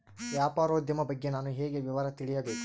ವ್ಯಾಪಾರೋದ್ಯಮ ಬಗ್ಗೆ ನಾನು ಹೇಗೆ ವಿವರ ತಿಳಿಯಬೇಕು?